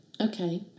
Okay